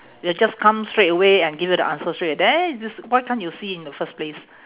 it'll just come straight away and give you the answers straight away there this why can't you see in the first place